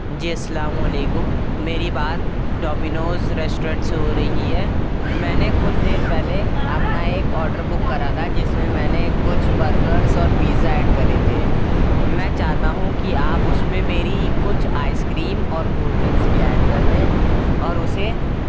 جی السّلام علیکم میری بات ڈومینوز ریسٹورینٹ سے ہو رہی ہے میں نے کچھ دیر پہلے اپنا ایک آڈر بک کرا تھا جس میں میں نے کچھ برگرس اور پیزا ایڈ کرے تھے میں چاہتا ہوں کہ آپ اُس میں میری کچھ آئس کریم اور کول ڈرنگس بھی ایڈ کر دیں اور اُسے